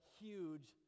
huge